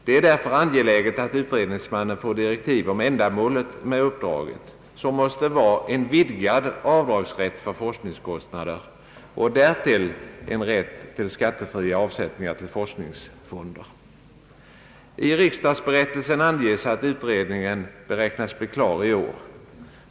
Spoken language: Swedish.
Det är därför angeläget att utredningsmannen får direktiv om ändamålet med uppdraget, som måste vara en vidgad avdragsrätt för forskningskostnader och därtill rätt till skattefri avsättning till forskningsfonder. I riksdagsberättelsen anges att utredningen beräknas bli klar i år.